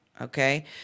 okay